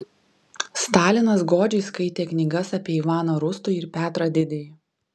stalinas godžiai skaitė knygas apie ivaną rūstųjį ir petrą didįjį